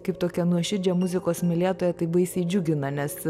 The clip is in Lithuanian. kaip tokia nuoširdžią muzikos mylėtoją tai baisiai džiugina nes